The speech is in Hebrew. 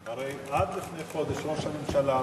הרי עד לפני חודש ראש הממשלה,